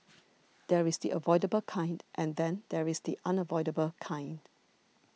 there is the avoidable kind and then there is the unavoidable kind